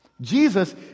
Jesus